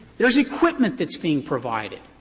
there's equipment that's being provided.